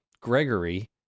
Gregory